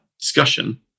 discussion